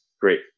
great